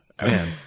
Man